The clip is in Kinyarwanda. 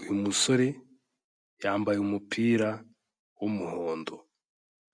uyu musore yambaye umupira w'umuhondo.